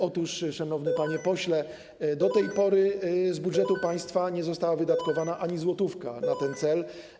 Otóż, szanowny panie pośle, do tej pory z budżetu państwa nie została wydatkowana ani jedna złotówka na ten cel.